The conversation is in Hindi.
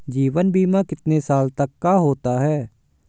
जीवन बीमा कितने साल तक का होता है?